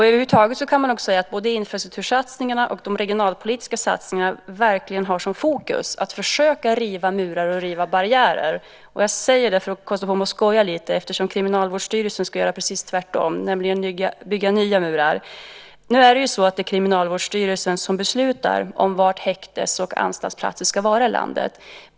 Över huvud taget kan man nog säga att fokus för både infrastruktursatsningarna och de regionalpolitiska satsningarna verkligen är att försöka riva murar och barriärer. Jag säger det för att kosta på mig att skoja lite grann. Kriminalvårdsstyrelsen ska ju göra precis tvärtom, nämligen bygga nya murar. Det är Kriminalvårdsstyrelsen som beslutar var i landet häktes och anstaltsplatser ska vara.